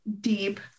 deep